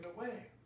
away